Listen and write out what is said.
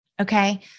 Okay